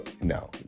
no